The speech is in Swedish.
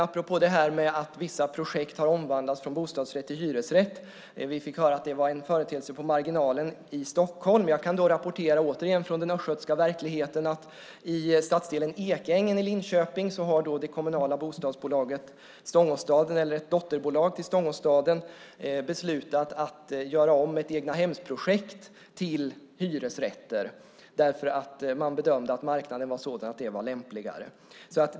Apropå att vissa projekt har omvandlats från bostadsrätt till hyresrätt fick vi höra att det var en företeelse på marginalen i Stockholm. Jag kan då rapportera, återigen från den östgötska verkligheten, att i stadsdelen Ekängen i Linköping har ett dotterbolag till det kommunala bostadsbolaget Stångåstaden beslutat att göra om ett egnahemsprojekt till hyresrätter därför att man bedömde att marknaden var sådan att det var lämpligare.